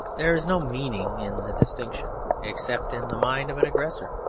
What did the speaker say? there is no meaning in the distinction, except in the mind of an aggressor.